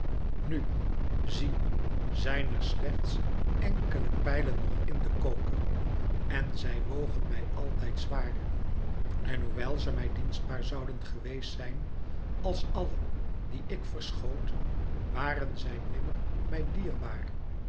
nu zie zijn er slechts ènkele pijlen nog in den koker en zij wogen mij altijd zwaar en hoewel zij mij dienstbaar zouden geweest zijn als àlle die ik verschoot waren zij nimmer mij dierbaar